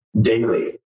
daily